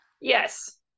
Yes